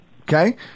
Okay